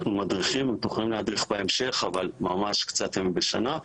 מדריכים ויכולים להדריך בהמשך אבל ממש קצת ימים בשנה.